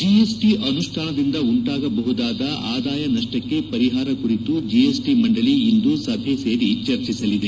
GST ಅನುಷ್ಣಾನದಿಂದ ಉಂಟಾಗಬಹುದಾದ ಆದಾಯ ನಷ್ಷಕ್ಕೆ ಪರಿಹಾರ ಕುರಿತು ಜೆಎಸ್ಟಿ ಮಂಡಳಿ ಇಂದು ಸಭೆ ಸೇರಿ ಚರ್ಚಿಸಲಿದೆ